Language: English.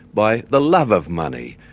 by the love of money.